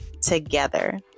together